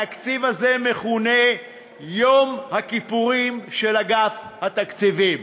התקציב הזה מכונה יום הכיפורים של אגף התקציבים.